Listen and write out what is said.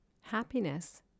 Happiness